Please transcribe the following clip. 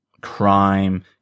crime